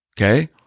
okay